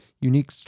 unique